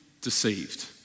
deceived